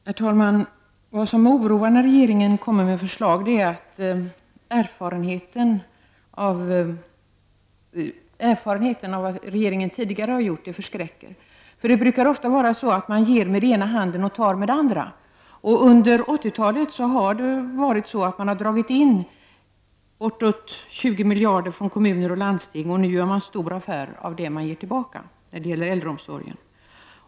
Herr talman! Vad som oroar när regeringen kommer med förslag är att erfarenheten av vad regeringen tidigare har gjort förskräcker. Det brukar nämligen ofta vara så att man ger med den ena handen och tar med den andra. Under 80-talet har man dragit in bortåt 20 miljarder från kommuner och landsting, och nu gör man en stor affär av det man ger tillbaka när det gäller äldreomsorgen.